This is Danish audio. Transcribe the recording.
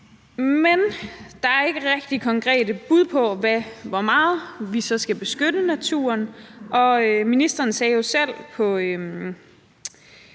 men der er ikke rigtig konkrete bud på, hvor meget vi så skal beskytte naturen. Ministeren sagde jo selv på